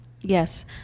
Yes